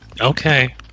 okay